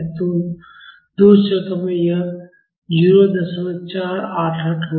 तो 2 चक्रों में यह 0488 होगा